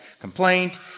complaint